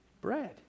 bread